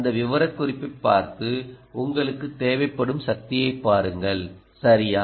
அந்த விவரக்குறிப்பைப் பார்த்து உங்களுக்குத் தேவைப்படும் சக்தியைப் பாருங்கள் சரியா